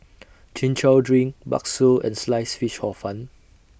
Chin Chow Drink Bakso and Sliced Fish Hor Fun